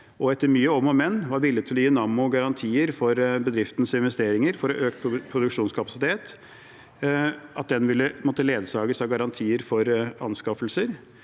og etter mye om og men, var regjeringen villig til å gi Nammo garantier for bedriftens investeringer for å øke produksjonskapasiteten. At den ville måtte ledsages av garantier for anskaffelser,